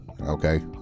Okay